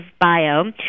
bio